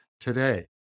today